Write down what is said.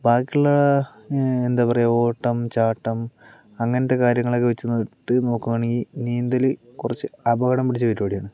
ഇപ്പോൾ ബാക്കിയുള്ള എന്താ പറയുക ഓട്ടം ചാട്ടം അങ്ങനത്തെ കാര്യങ്ങള് ഒക്കെ വച്ചിട്ട് നോക്കുകയാണെങ്കിൽ നീന്തൽ കുറച്ചു അപകടം പിടിച്ച പരിപാടിയാണ്